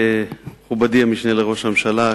מכובדי המשנה לראש הממשלה,